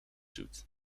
zoet